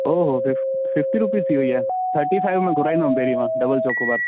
ओ हो fif fifty rupees में थी वई आहे थटी फ़ाएव में घुराईंदो हुयुमि पहिरीं मां डबल चोकोबार